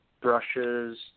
brushes